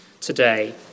today